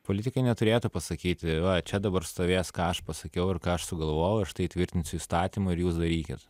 politikai neturėtų pasakyti va čia dabar stovės ką aš pasakiau ir ką aš sugalvojau aš tai tvirtinsiu įstatymu ir jūs darykit